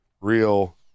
real